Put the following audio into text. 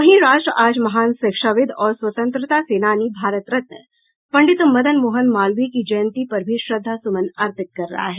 वहीं राष्ट्र आज महान शिक्षाविद और स्वतंत्रता सेनानी भारत रत्न पंडित मदन मोहन मालवीय की जयंती पर भी श्रद्धासुमन अर्पित कर रहा है